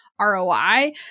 ROI